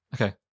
Okay